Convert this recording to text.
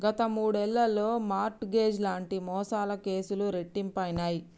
గత మూడేళ్లలో mortgage లాంటి మోసాల కేసులు రెట్టింపయినయ్